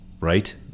Right